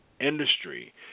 industry